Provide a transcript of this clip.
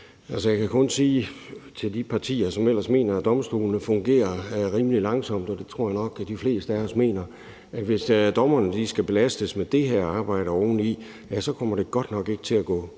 jeg kan kun sige til de partier, som ellers mener, at domstolene fungerer rimelig langsomt – det tror jeg nok at de fleste af os mener – at hvis dommerne skal belastes med det her arbejde oveni, kommer det godt nok ikke til at gå